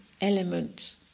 element